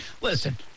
listen